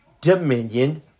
Dominion